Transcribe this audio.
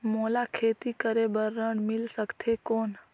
मोला खेती करे बार ऋण मिल सकथे कौन?